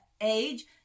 age